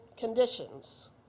conditions